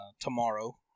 tomorrow